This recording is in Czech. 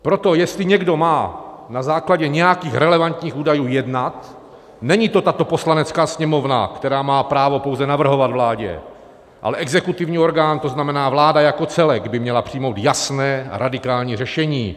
Proto jestli někdo má na základě nějakých relevantních údajů jednat, není to tato Poslanecká sněmovna, která má právo pouze navrhovat vládě, ale exekutivní orgán, to znamená vláda jako celek by měla přijmout jasné radikální řešení.